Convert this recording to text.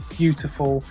beautiful